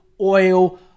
oil